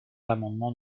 l’amendement